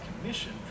commission